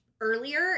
earlier